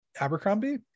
abercrombie